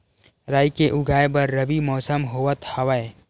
राई के उगाए बर रबी मौसम होवत हवय?